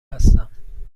هستم